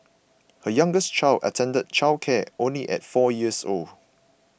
her youngest child attended childcare only at four years old